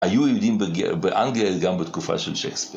היו יהודים באנגליה גם בתקופה של שייקספיר